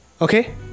Okay